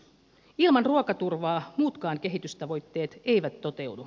ilman ruokaturvaa muutkaan kehitystavoitteet eivät toteudu